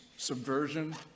Subversion